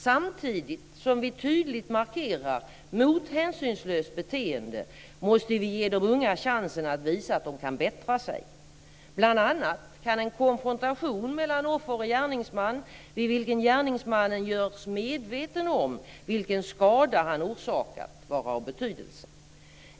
Samtidigt som vi tydligt markerar mot hänsynslöst beteende måste vi ge de unga chansen att visa att de kan bättra sig. Bl.a. kan en konfrontation mellan offer och gärningsman, vid vilken gärningsmannen görs medveten om vilken skada han orsakat, vara av betydelse.